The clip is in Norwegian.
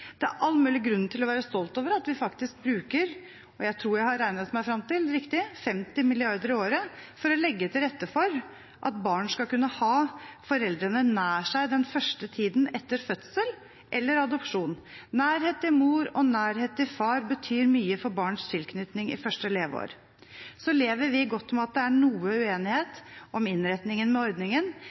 Det er all mulig grunn til å være stolt over at vi faktisk bruker – jeg tror jeg har regnet meg riktig frem til – 50 mrd. kr i året for å legge til rette for at barn skal kunne ha foreldrene nær seg den første tiden etter fødsel eller adopsjon. Nærhet til mor og nærhet til far betyr mye for barns tilknytning i første leveår. Vi lever godt med at det er noe uenighet om innretningen av ordningen,